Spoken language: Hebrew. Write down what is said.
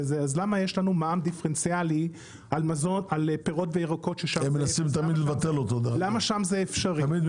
אז למה יש לנו מע"מ דיפרנציאלי על פירות וירקות אז למה שם זה אפשרי?